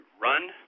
run